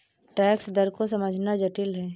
tax दर को समझना जटिल है